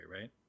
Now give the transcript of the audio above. right